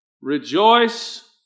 Rejoice